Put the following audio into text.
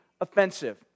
offensive